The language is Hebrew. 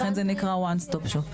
לכן זה נקרא One Stop Shop.